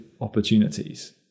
opportunities